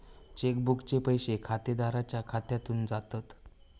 check बुकचे पैशे खातेदाराच्या खात्यासून जातत